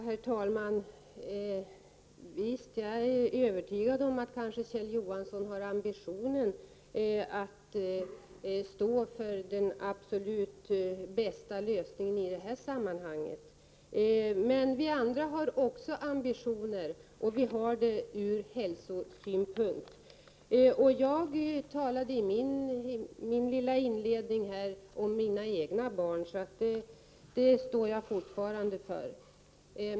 Herr talman! Jag är övertygad om att Kjell Johansson har ambitionen att stå för den absolut bästa lösningen i detta sammanhang. Men vi andra har också ambitioner, och det har vi ur hälsosynpunkt. Jag talade i min lilla inledning om mina egna barn, och det står jag fortfarande för.